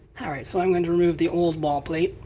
all right so i'm going to remove the old wall plate,